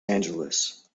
angeles